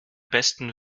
besten